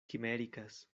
quiméricas